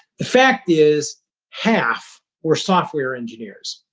the fact is half were software engineers.